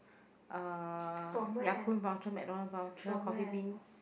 uh Ya-Kun vouchers McDonald voucher coffee bean